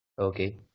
okay